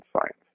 Science